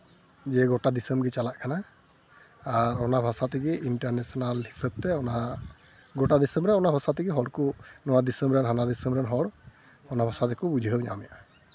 ᱡᱮ ᱜᱳᱴᱟ ᱫᱤᱥᱚᱢ ᱜᱮ ᱪᱟᱞᱟᱜ ᱠᱟᱱᱟ ᱟᱨ ᱚᱱᱟ ᱵᱷᱟᱥᱟ ᱛᱮᱜᱮ ᱤᱱᱴᱟᱨᱱᱮᱥᱮᱱᱟᱞ ᱦᱤᱥᱟᱹᱵ ᱛᱮ ᱚᱱᱟ ᱜᱳᱴᱟ ᱫᱤᱥᱚᱢ ᱨᱮᱜᱮ ᱚᱱᱟ ᱵᱷᱟᱥᱟ ᱛᱮ ᱦᱚᱲ ᱠᱚ ᱱᱚᱣᱟ ᱫᱤᱥᱚᱢ ᱨᱮᱱ ᱦᱟᱱᱟ ᱫᱤᱥᱚᱢ ᱨᱮᱱ ᱦᱚᱲ ᱚᱱᱟ ᱵᱷᱟᱥᱟ ᱫᱚᱠᱚ ᱵᱩᱡᱷᱟᱹᱣ ᱧᱟᱢᱮᱫᱟ